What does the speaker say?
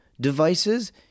devices